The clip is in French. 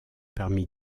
parmi